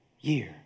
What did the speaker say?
year